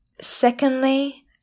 Secondly